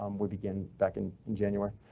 um we begin back in in january.